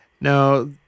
Now